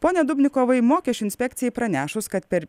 pone dubnikovai mokesčių inspekcijai pranešus kad per